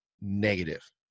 negative